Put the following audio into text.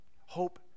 Hope